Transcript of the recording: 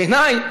בעיני,